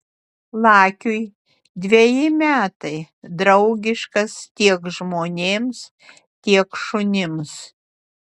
lakiui dveji metai draugiškas tiek žmonėms tiek šunims